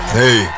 hey